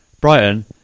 Brighton